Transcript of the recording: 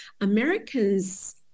Americans